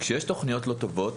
כשיש תוכניות לא טובות